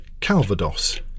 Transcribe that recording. Calvados